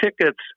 tickets